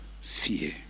fear